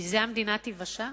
מזה המדינה תיוושע?